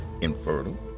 infertile